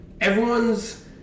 everyone's